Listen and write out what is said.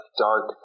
dark